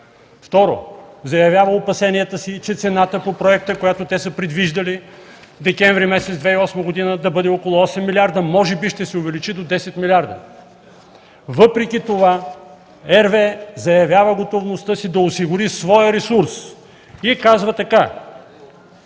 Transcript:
Второ, RWE заявява опасенията си, че цената по проекта, която те са предвиждали през декември месец 2008 г. – да бъде около 8 милиарда, може би ще се увеличи до 10 милиарда. Въпреки това RWE заявява готовността си да осигури своя ресурс и казва така: